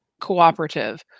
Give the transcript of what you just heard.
cooperative